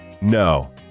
No